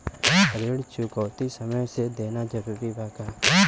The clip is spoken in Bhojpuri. ऋण चुकौती समय से देना जरूरी बा?